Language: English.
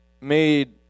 made